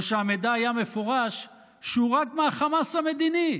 או שהמידע היה מפורש, שהוא רק מהחמאס המדיני,